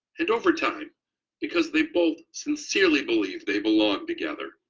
and over time because they both sincerely believe they belong together,